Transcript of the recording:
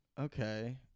okay